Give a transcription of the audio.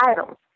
items